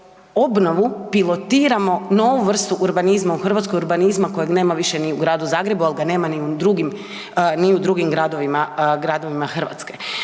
obnovu pilotiramo novu vrstu urbanizma u Hrvatskoj, urbanizma kojeg nema više ni u Gradu Zagrebu, al ga nema ni u drugim, ni u drugim